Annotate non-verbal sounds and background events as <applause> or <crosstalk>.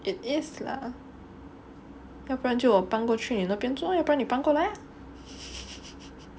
it is lah 要不然就我搬过去你那边住 lah 要不然你搬过来 lah <laughs>